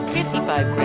fifty five